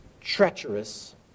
treacherous